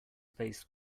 faced